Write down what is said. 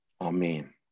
Amen